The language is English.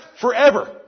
forever